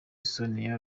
sonia